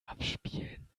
abspielen